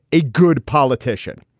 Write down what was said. a good politician.